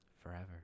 Forever